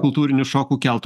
kultūrinių šokų kelt